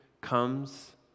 comes